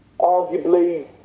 arguably